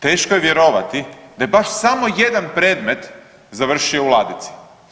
Teško je vjerovati da je baš samo jedan predmet završio u ladici.